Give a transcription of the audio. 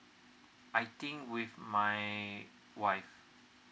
I think with my wife